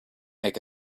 make